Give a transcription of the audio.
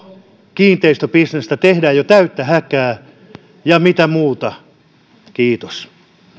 kiinteistöbisnestä tehdään jo täyttä häkää ja mitä muuta kiitos